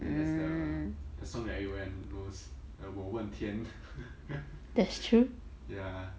then there's the the song that everyone knows uh 我问天 ya